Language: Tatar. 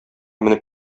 менеп